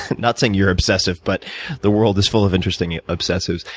not saying you're obsessive, but the world is full of interesting obsessives.